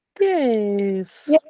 Yes